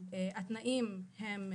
התנאים הם,